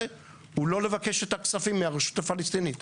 זה לא לבקש את הכספים מהרשות הפלסטינית.